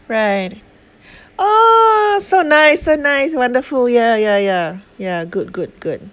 right oh so nice so nice wonderful ya ya ya ya good good good